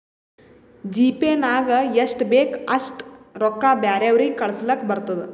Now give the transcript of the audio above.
GPay ನಾಗ್ ಎಷ್ಟ ಬೇಕ್ ಅಷ್ಟ ರೊಕ್ಕಾ ಬ್ಯಾರೆವ್ರಿಗ್ ಕಳುಸ್ಲಾಕ್ ಬರ್ತುದ್